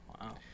Wow